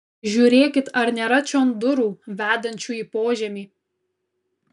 žiūrėkit ar nėra čion durų vedančių į požemį